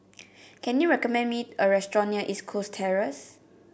can you recommend me a restaurant near East Coast Terrace